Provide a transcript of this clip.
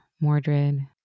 Mordred